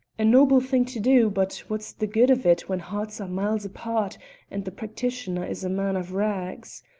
a noble thing to do, but what's the good of it when hearts are miles apart and the practitioner is a man of rags?